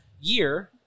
year